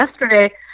yesterday